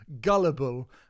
gullible